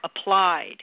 applied